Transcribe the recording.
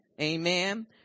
Amen